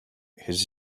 his